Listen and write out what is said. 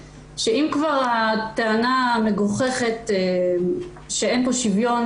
שאם כבר הטענה המגוחכת שאין פה שוויון,